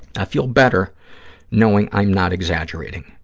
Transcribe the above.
i feel better knowing i'm not exaggerating.